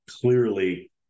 clearly